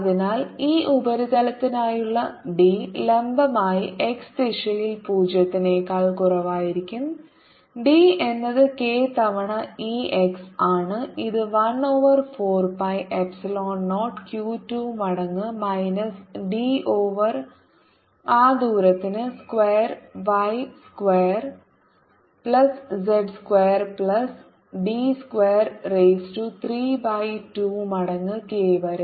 അതിനാൽ ഈ ഉപരിതലത്തിനായുള്ള ഡി ലംബമായി x ദിശയിൽ 0 നേക്കാൾ കുറവായിരിക്കും D എന്നത് k തവണ E x ആണ് ഇത് 1 ഓവർ 4 പൈ എപ്സിലോൺ 0 q 2 മടങ്ങ് മൈനസ് ഡി ഓവർ ആ ദൂരത്തിന് square y square plus z square plus D square raise to 3 by 2 മടങ്ങ് k വരെ